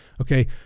Okay